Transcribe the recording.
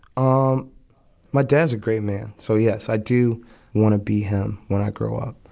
um my dad's a great man. so yes, i do want to be him when i grow up.